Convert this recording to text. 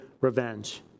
revenge